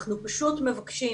אנחנו פשוט מבקשים